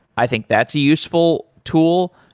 i think that's a useful tool.